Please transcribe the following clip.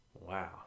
Wow